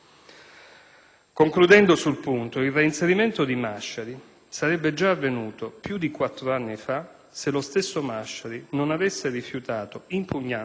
Concludendo sul punto, il reinserimento di Masciari sarebbe avvenuto già più di quattro anni fa se lo stesso Masciari non avesse rifiutato, impugnandola,